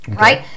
Right